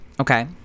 Okay